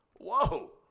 whoa